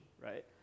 right